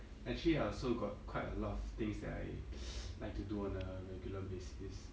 actually I also got quite a lot of things that I like to do on a regular basis